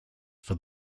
for